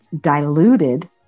diluted